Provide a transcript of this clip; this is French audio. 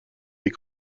des